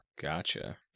Gotcha